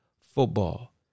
football